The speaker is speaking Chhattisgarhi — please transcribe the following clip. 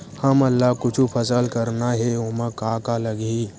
हमन ला कुछु फसल करना हे ओमा का का लगही?